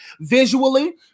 visually